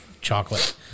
chocolate